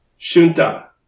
Shunta